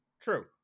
true